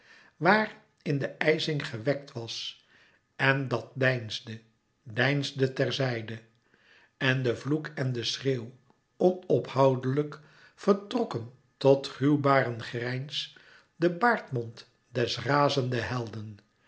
waar in de ijzing gewekt was en dat deinsde deinsde ter zijde en de vloek en de schreeuw onophoudelijk vertrokken tot gruwbaren grijns den baardmond des razenden helden